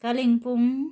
Kalimpong